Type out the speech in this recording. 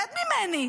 רד ממני.